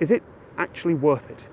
is it actually worth it?